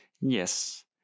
Yes